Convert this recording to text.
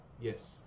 yes